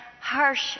harsh